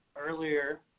earlier